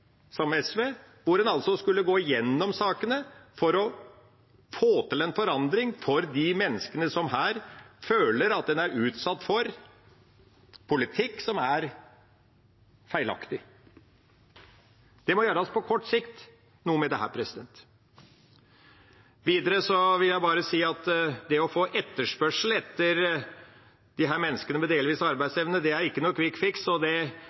hvor en foreslår å gå igjennom sakene for å få til en forandring for de menneskene som her føler at en er utsatt for en politikk som er feilaktig. Det må gjøres noe med dette på kort sikt. Videre vil jeg bare si at å få etterspørsel etter disse menneskene med delvis arbeidsevne er ikke